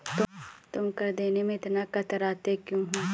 तुम कर देने में इतना कतराते क्यूँ हो?